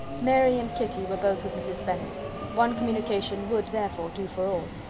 mary and kitty were both with mrs. bennet one communication would, therefore, do for all.